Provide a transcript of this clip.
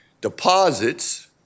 deposits